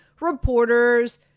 reporters